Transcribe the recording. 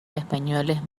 españoles